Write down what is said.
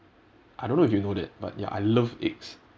I don't know if you know that but ya I love eggs